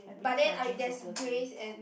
but then I there's grace and